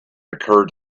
occurred